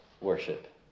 worship